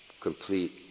complete